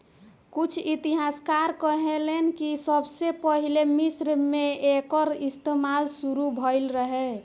कुछ इतिहासकार कहेलेन कि सबसे पहिले मिस्र मे एकर इस्तमाल शुरू भईल रहे